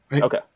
Okay